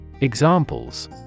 Examples